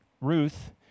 Ruth